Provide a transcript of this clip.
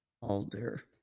Alder